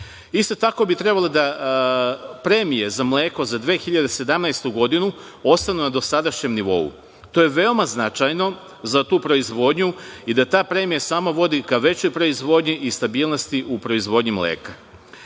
Isto tako bi trebalo da premije za mleko za 2017. godinu ostanu na dosadašnjem nivou. To je veoma značajno za tu proizvodnju i da ta premija vodi ka većoj proizvodnji i stabilnosti u proizvodnji mleka. Sve